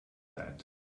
that